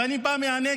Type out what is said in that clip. ואני בא מהנגב,